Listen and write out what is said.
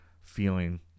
feeling